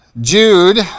Jude